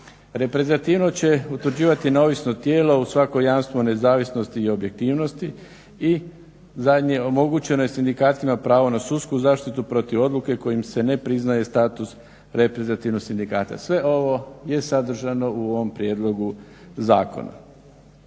ne razumije./… utvrđivati neovisno tijelo uz svako jamstvo nezavisnosti i objektivnosti. I zadnje, omogućeno je sindikatima pravo na sudsku zaštitu protiv odluke kojim se ne priznaje status reprezentativnog sindikata. Sve ovo je sadržano u ovom prijedlogu zakona.